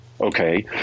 okay